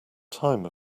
time